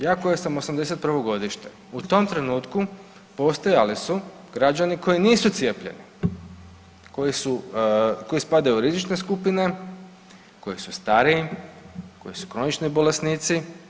Ja koji sam '81. godište u tom trenutku postojali su građani koji nisu cijepljeni, koji spadaju u rizične skupine, koji su stariji, koji su kronični bolesnici.